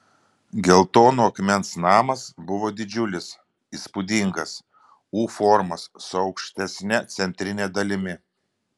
geltono akmens namas buvo didžiulis įspūdingas u formos su aukštesne centrine dalimi